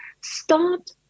Start